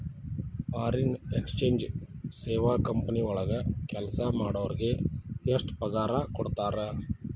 Foreign exchange ಸೇವಾ company ವಳಗ್ ಕೆಲ್ಸಾ ಮಾಡೊರಿಗೆ ಎಷ್ಟ್ ಪಗಾರಾ ಕೊಡ್ತಾರ?